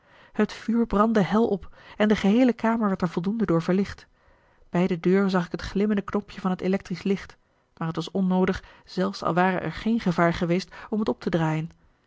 het vuur brandde hel op en de geheele kamer werd er voldoende door verlicht bij de deur zag ik het glimmende knopje van het electrisch licht maar het was onnoodig zelfs al ware er geen gevaar geweest om het op te draaien